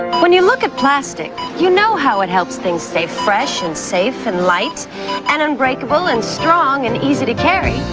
when you look at plastic, you know how it helps things stay fresh and safe and light and unbreakable and strong and easy to carry,